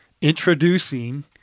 introducing